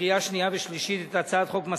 לקריאה שנייה ושלישית את הצעת חוק מס